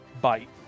bite